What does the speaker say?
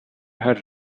her